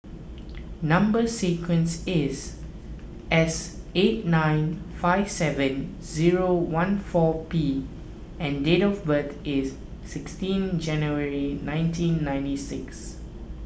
Number Sequence is S eight nine five seven zero one four P and date of birth is sixteen January nineteen ninety six